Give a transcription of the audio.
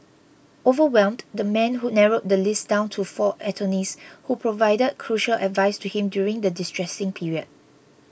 overwhelmed the man who narrowed the list down to four attorneys who provided crucial advice to him during the distressing period